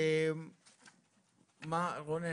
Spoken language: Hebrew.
רונן?